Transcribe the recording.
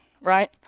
right